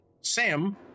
Sam